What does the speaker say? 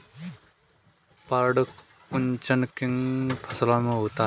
पर्ण कुंचन किन फसलों में होता है?